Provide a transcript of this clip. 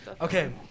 okay